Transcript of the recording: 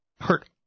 hurt